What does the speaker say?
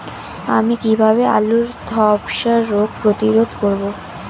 আমি কিভাবে আলুর ধ্বসা রোগ প্রতিরোধ করব?